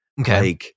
Okay